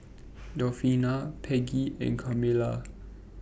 Delfina Peggie and Carmela